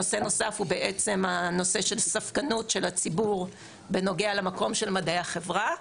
נושא נוסף הוא הספקנות של הציבור בנוגע למקום של מדעי החברה.